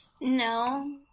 No